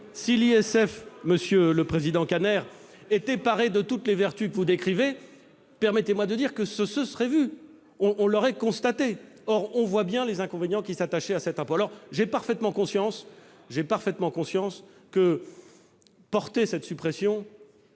Si l'ISF, monsieur le président Kanner, était paré de toutes les vertus que vous décrivez, permettez-moi de dire que cela se serait vu ! On l'aurait constaté. Or on voit bien les inconvénients qui s'attachaient à cet impôt. J'en ai parfaitement conscience, porter cette mesure